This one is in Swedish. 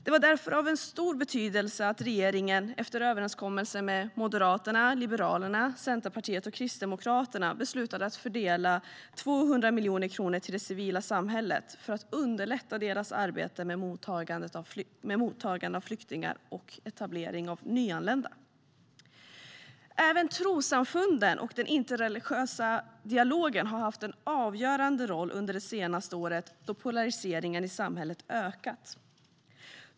Det var därför av stor betydelse att regeringen, efter överenskommelse med Moderaterna, Liberalerna, Centerpartiet och Kristdemokraterna, beslutade att fördela 200 miljoner kronor till det civila samhället för att underlätta deras arbete med mottagande av flyktingar och etablering av nyanlända. Även trossamfunden och den interreligiösa dialogen har haft en avgörande roll under det senaste året då polariseringen i samhället ökat.